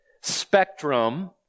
spectrum